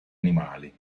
animali